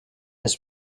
els